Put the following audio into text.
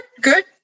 good